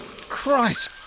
Christ